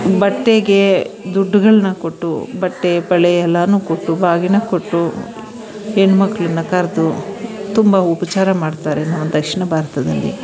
ಬಟ್ಟೆಗೆ ದುಡ್ಡುಗಳ್ನ ಕೊಟ್ಟು ಬಟ್ಟೆ ಬಳೆ ಎಲ್ಲನೂ ಕೊಟ್ಟು ಬಾಗಿನ ಕೊಟ್ಟು ಹೆಣ್ಣು ಮಕ್ಕಳನ್ನ ಕರೆದು ತುಂಬ ಉಪಚಾರ ಮಾಡ್ತಾರೆ ನಮ್ಮ ದಕ್ಷಿಣ ಭಾರತದಲ್ಲಿ